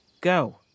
Go